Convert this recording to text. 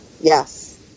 Yes